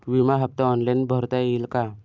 विमा हफ्ता ऑनलाईन भरता येईल का?